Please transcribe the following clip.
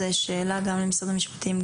זו שאלה גם למשרד המשפטים,